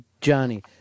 Johnny